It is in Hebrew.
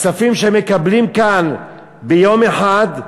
הכספים שהם מקבלים כאן ביום אחד,